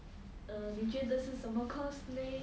err 你觉得是什么 course leh